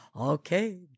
Okay